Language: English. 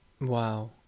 Wow